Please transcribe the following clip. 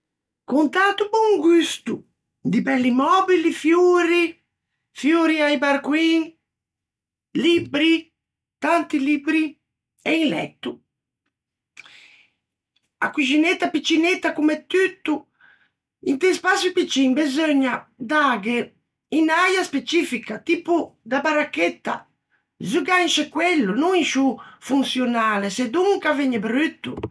Con tanto bon gusto, di belli mòbili, fiori, fiori a-i barcoin, libbri, tanti libbri, e un letto; a coxinetta piccinetta comme tutto. Int'un spaçio piccin beseugna dâghe unn'äia specifica, tipo da baracchetta, zugâ in sce quello, no in sciô fonçionale, sedonca vëgne brutto.